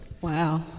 Wow